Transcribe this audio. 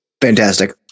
Fantastic